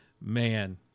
man